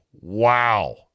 Wow